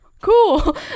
Cool